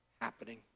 happening